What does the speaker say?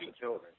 children